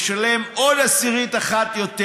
עוד עשירית אחת יותר,